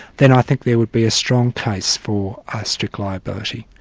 then i think there would be a strong case for strict liability.